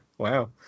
wow